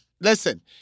listen